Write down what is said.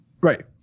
Right